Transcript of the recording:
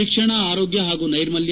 ಶಿಕ್ಷಣ ಆರೋಗ್ಯ ಹಾಗೂ ನೈರ್ಮಲ್ಲ